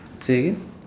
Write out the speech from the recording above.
say again